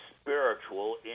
spiritual